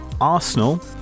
Arsenal